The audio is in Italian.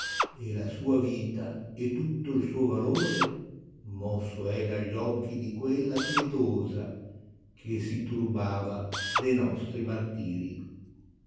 e la sua vita e tutto il suo valore mosto è dagli occhi di quella pietosa che si turbava de noatrì martiri